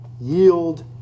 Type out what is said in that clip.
yield